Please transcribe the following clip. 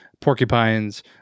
porcupines